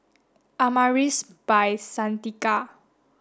Amaris By Santika